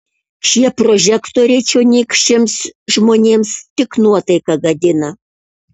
šie prožektoriai čionykščiams žmonėms tik nuotaiką gadina